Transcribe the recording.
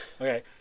Okay